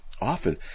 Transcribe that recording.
often